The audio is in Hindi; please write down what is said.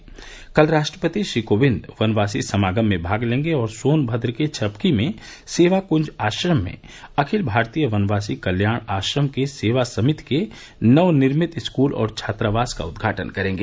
बिहने राष्ट्रपति श्री कोविंद बनवासी समागम में भाग लेब अउरी सोनभद्र के छपकी में सेवाक्ज आश्रम में अखिल भारतीय बनवासी कल्याण आश्रम के सेवा समिति के नवनिरमित स्कूल अउरी छात्रावास क उद्घाटन करब